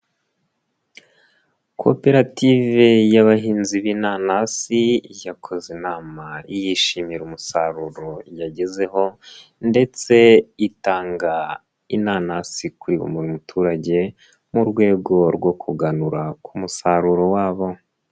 Koperative y'abahinzi b'inanasi yakoze inama yishimira umusaruro yagezeho ndetse itanga inanasi kuri buri muturage mu rwego rwo kuganura ku musaruro wabo.